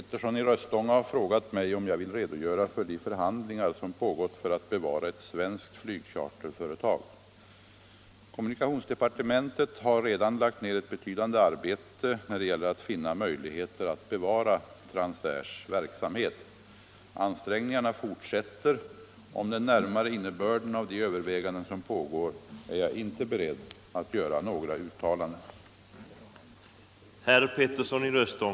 Herr talman! Herr Petersson i Röstånga har frågat mig om jag vill redogöra för de förhandlingar som pågått för att bevara ett svenskt flygcharterföretag. Kommunikationsdepartementet har redan lagt ned ett betydande arbete när det gäller att finna möjligheter att bevara Transairs verksamhet. Ansträngningarna fortsätter. Om den närmare innebörden av de överväganden som pågår är jag inte beredd att göra några uttalanden.